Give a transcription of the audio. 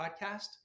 podcast